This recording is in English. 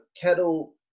kettle